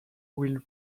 will